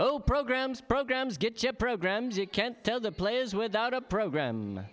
oh programs programs get to programs you can't tell the players without a program